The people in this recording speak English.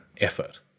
effort